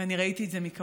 ואני ראיתי את זה מקרוב,